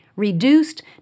reduced